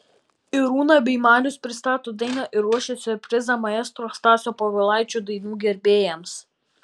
irūna bei marius pristato dainą ir ruošia siurprizą maestro stasio povilaičio dainų gerbėjams